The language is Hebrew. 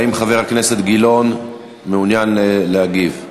האם חבר הכנסת גילאון מעוניין להגיב?